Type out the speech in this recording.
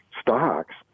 stocks